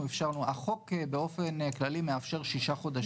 החוק באופן כללי מאפשר שישה חודשים לשמור על הזכויות.